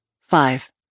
Five